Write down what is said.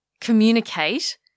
communicate